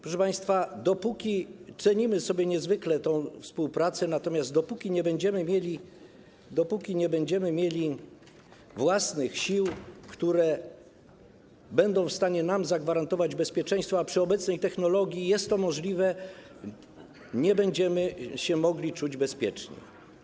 Proszę państwa, cenimy sobie niezwykle tę współpracę, natomiast dopóki nie będziemy mieli własnych sił, które będą w stanie nam zagwarantować bezpieczeństwo, a przy obecnej technologii jest to możliwe, nie będziemy się mogli czuć bezpiecznie.